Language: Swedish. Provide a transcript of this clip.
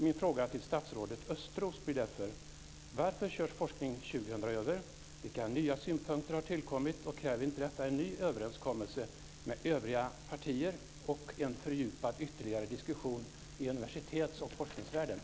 Mina frågor till statsrådet Östros blir därför: Varför körs Forskning 2000 över? Vilka nya synpunkter har tillkommit? Kräver inte detta en ny överenskommelse med övriga partier och en fördjupad ytterligare diskussion i universitets och forskningsvärlden?